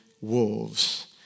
wolves